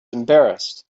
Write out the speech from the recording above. embarrassed